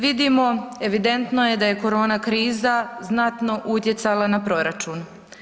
Vidimo, evidentno je da je korona kriza znatno utjecala na proračun.